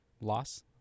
loss